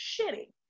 Shitty